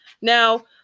Now